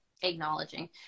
acknowledging